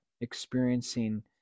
experiencing